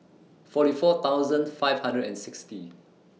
forty four thousand five hundred and sixty